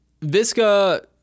Visca